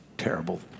terrible